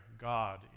God